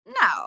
No